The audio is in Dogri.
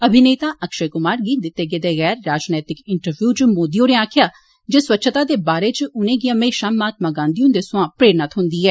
अभिनेता अक्षय क्मार गी दिते गेदे गैर राजनीतिक इंटरव्यू इच मोदी होरें आक्खेआ जे स्वच्छता दे बारे इच उनेंगी हमेशां महात्मा गांधी हन्दे सोयां प्ररेणा थ्होन्दी ऐ